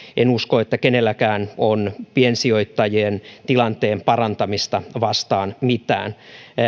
en usko että kenelläkään on piensijoittajien tilanteen parantamista vastaan mitään